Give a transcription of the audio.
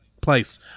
place